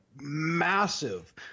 massive –